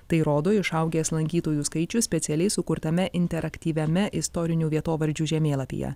tai rodo išaugęs lankytojų skaičius specialiai sukurtame interaktyviame istorinių vietovardžių žemėlapyje